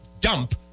dump